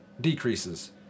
decreases